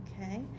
Okay